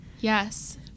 yes